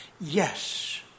yes